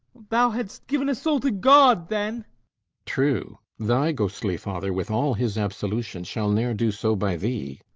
thou hadst given a soul to god then true thy ghostly father, with all his absolution, shall ne'er do so by thee.